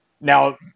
Now